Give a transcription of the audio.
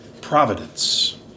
providence